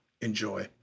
Enjoy